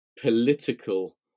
political